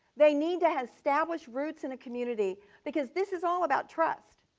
they need to have established routes in a community because this is all about trust.